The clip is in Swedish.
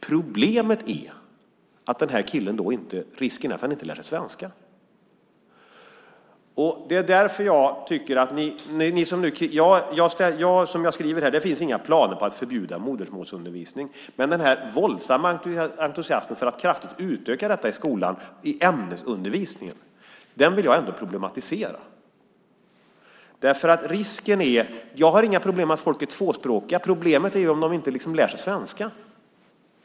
Problemet är att det då finns en risk att den här killen inte lär sig svenska. Som jag skriver här finns det inga planer på att förbjuda modersmålsundervisning, men jag vill ändå problematisera den här våldsamma entusiasmen för att man kraftigt ska utöka detta i skolan i ämnesundervisningen. Jag har inga problem med att folk är tvåspråkiga. Problemet är om de inte lär sig svenska.